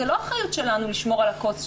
זו לא האחריות שלנו לשמור על הכוס שלנו.